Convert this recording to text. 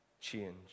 change